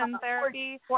therapy